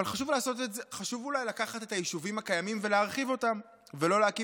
אבל אולי חשוב לקחת את היישובים הקיימים ולהרחיב אותם ולא להקים